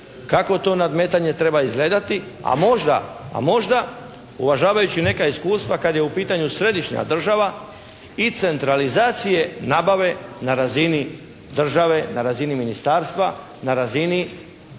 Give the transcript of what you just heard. kako to nadmetanje treba izgledati. A možda, a možda uvažavajući neka iskustva kad je u pitanju središnja država i centralizacije nabave na razini države, na razini Ministarstva, na razini